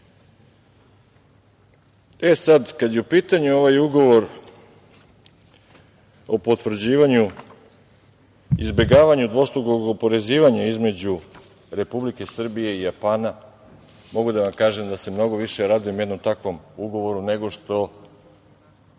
je u pitanju ovaj Ugovor o potvrđivanju, izbegavanju dvostrukog oporezivanja između Republike Srbije i Japana, mogu da vam kažem da se mnogo više radujem jednom takvom ugovoru nego što